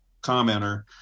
commenter